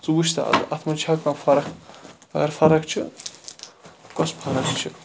سُہ وٕچھ سا اتھ مَنٛز چھا کانٛہہ فَرَق اگر فَرَق چھِ کۄس فرَق چھِ